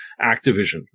Activision